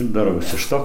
daraus iš to